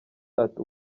ati